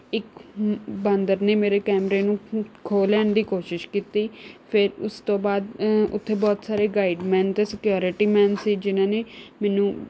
ਇੱਕ ਬਾਂਦਰ ਨੇ ਮੇਰੇ ਕੈਮਰੇ ਨੂੰ ਖੋਹ ਲੈਣ ਦੀ ਕੋਸ਼ਿਸ਼ ਕੀਤੀ ਫੇਰ ਉਸ ਤੋਂ ਬਾਅਦ ਉੱਥੇ ਬਹੁਤ ਸਾਰੇ ਗਾਈਡਮੈਨ ਅਤੇ ਸਿਕਿਉਰਿਟੀ ਮੈਨ ਸੀ ਜਿਹਨਾਂ ਨੇ ਮੈਨੂੰ